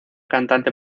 cantante